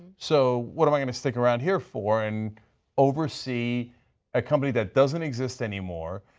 so, what am i going to stick around here for? and oversee a company that doesn't exist anymore?